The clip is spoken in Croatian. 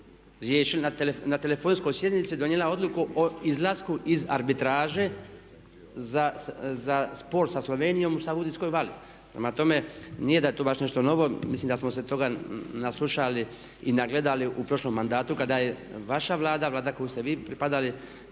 riješila i na telefonskoj sjednici donijela odluku o izlasku iz arbitraže za spor sa Slovenijom u Savudrijskoj vali. Prema tome, nije da je to baš nešto novo, mislim da smo se toga naslušali i nagledali u prošlom mandatu kada je vaša Vlada, Vlada kojoj ste vi pripadali